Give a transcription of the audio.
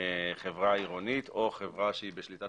חברה עירונית או חברה שהיא בשליטת